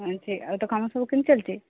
ହଁ ଠିକ୍ ଆଉ ତୋ କାମ ସବୁ କେମିତି ଚାଲିଛି